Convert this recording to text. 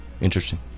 Interesting